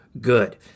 good